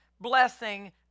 blessing